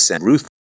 Ruth